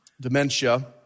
dementia